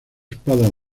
espadas